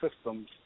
systems